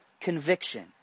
conviction